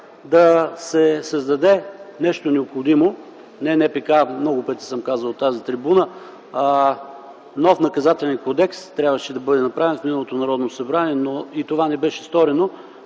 да се създаде нещо необходимо. Не НПК – много пъти съм казвал от тази трибуна, а нов Наказателен кодекс трябваше да бъде направен в миналото Народното събрание. И това не беше сторено,